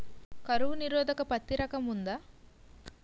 కరువు నిరోధక పత్తి రకం ఉందా?